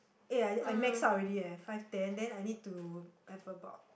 eh I I maxed out already eh five ten then I need to I have about